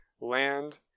land